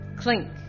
clink